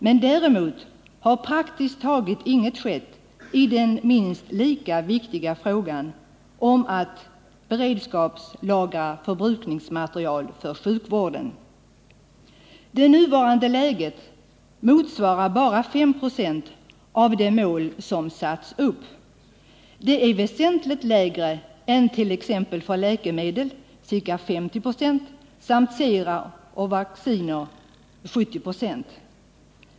Men däremot har praktiskt taget inget skett i den minst lika viktiga frågan om att beredskapslagra förbrukningsmateriel för sjukvården. Det nuvarande läget motsvarar bara 5 96 av det mål som satts upp. Det är väsentligt lägre än t.ex. för läkemedel — ca 50 96 — samt för sera och vacciner, där målet är 70 96.